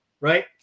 right